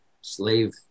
slave